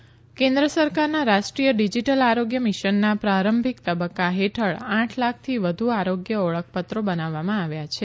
digital આરોગ્ય mission કેન્દ્ર સરકારના રાષ્ટ્રીય ડીજીટલ આરોગ્ય મિશનના પ્રારંભિક તબકકા હેઠળ આઠ લાખથી વધ્ આરોગ્ય ઓળખપત્રો બનાવવામાં આવ્યા છે